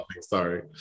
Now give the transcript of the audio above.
sorry